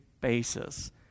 basis